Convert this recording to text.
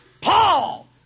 Paul